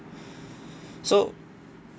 so